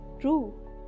true